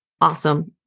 Awesome